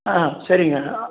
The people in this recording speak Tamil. ஆ சரிங்க